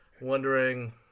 wondering